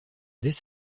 dès